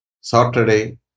Saturday